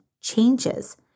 changes